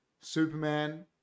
Superman